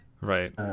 Right